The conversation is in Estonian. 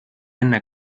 enne